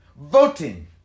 voting